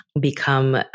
become